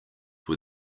were